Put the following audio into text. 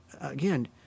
Again